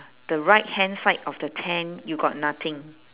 the right hand side of the tent you got nothing